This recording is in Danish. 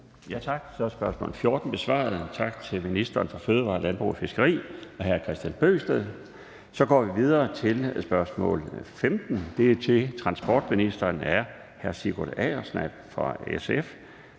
Tak. Så er spørgsmål nr. 14 besvaret. Tak til ministeren for fødevarer, landbrug og fiskeri og hr. Kristian Bøgsted. Så går vi videre til spørgsmål nr. 15. Det er til transportministeren af hr. Sigurd Agersnap fra SF.